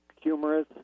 humorous